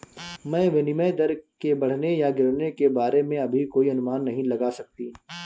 मैं विनिमय दर के बढ़ने या गिरने के बारे में अभी कोई अनुमान नहीं लगा सकती